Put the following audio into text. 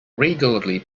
regularly